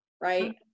Right